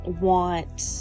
want